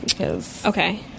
Okay